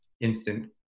instant